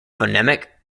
phonemic